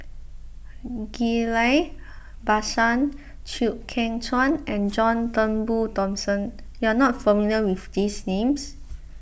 Ghillie Basan Chew Kheng Chuan and John Turnbull Thomson you are not familiar with these names